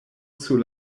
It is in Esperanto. sur